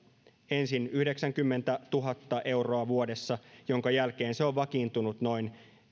ensin yhdeksänkymmentätuhatta euroa vuodessa minkä jälkeen se on vakiintunut noin